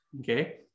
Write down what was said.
okay